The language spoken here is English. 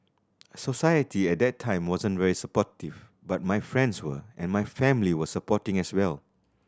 society at that time wasn't very supportive but my friends were and my family were supporting as well